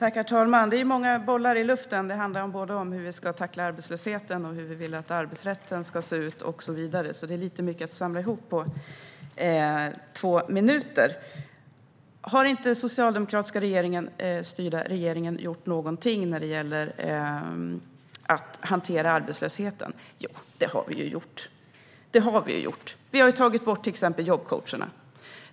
Herr talman! Det är många bollar i luften. Det handlar om både hur vi ska tackla arbetslösheten och hur vi vill att arbetsrätten ska se ut, och så vidare. Det är lite mycket att samla ihop på två minuter. Har den socialdemokratiskt styrda regeringen inte gjort någonting när det gäller att hantera arbetslösheten? Det har vi gjort. Vi har till exempel tagit bort jobbcoacherna.